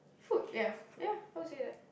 food ya ya I would say that